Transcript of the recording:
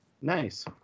Nice